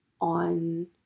on